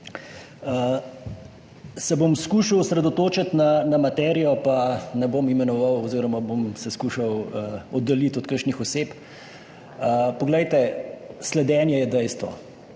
se bom osredotočiti na materijo in ne bom imenoval oziroma se bom skušal oddaljiti od kakšnih oseb. Poglejte, sledenje je dejstvo.